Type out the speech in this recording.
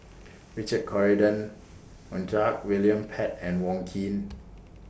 Richard Corridon Montague William Pett and Wong Keen